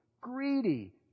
greedy